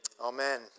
Amen